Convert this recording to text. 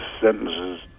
sentences